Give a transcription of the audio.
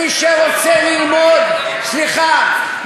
מי שרוצה ללמוד סליחה,